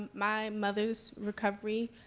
my mother's recovery,